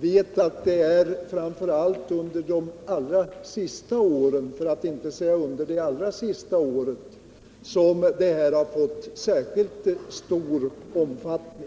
vet att det framför allt är under de allrå senaste åren — för att inte säga under det senaste året — som detta blivit särskilt omfattande.